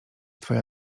twoja